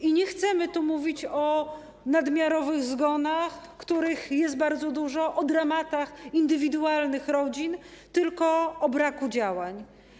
I nie chcemy tu mówić o nadmiarowych zgonach, których jest bardzo dużo, o dramatach indywidualnych rodzin, tylko o braku działań.